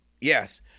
Yes